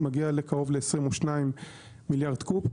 מגיע קרוב ל-22 מיליארד קוב.